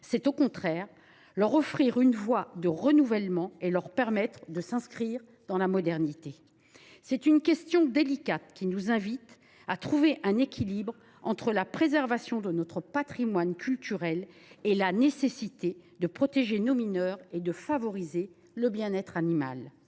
c’est, au contraire, leur offrir une voie de renouvellement et leur permettre de s’inscrire dans la modernité. Cette question délicate nous incite à trouver un équilibre entre la préservation de notre patrimoine culturel et la nécessité de protéger nos mineurs et de favoriser le bien être animal.